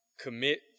commit